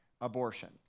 abortion